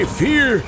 fear